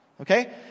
Okay